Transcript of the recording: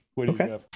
okay